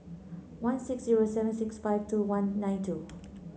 one six zero seven six five two one nine two